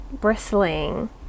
bristling